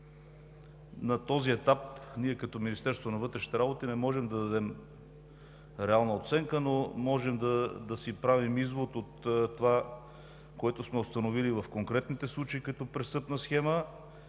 на този етап ние, като Министерство на вътрешните работи, не можем да дадем реална оценка, но можем да си правим извод от това, което сме установили в конкретните случаи като престъпна схема